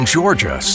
Georgia